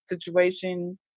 situation